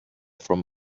from